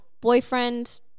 boyfriend